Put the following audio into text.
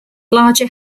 larger